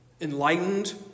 Enlightened